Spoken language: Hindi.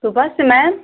सुबह से मैम